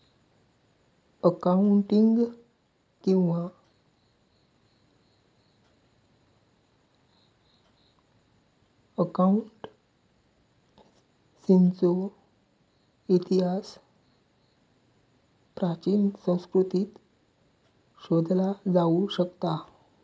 accounting किंवा अकाउंटन्सीचो इतिहास प्राचीन संस्कृतींत शोधला जाऊ शकता